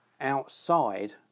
outside